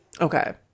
Okay